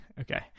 Okay